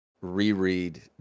reread